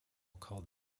called